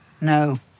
No